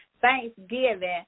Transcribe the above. Thanksgiving